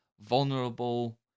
vulnerable